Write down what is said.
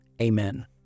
amen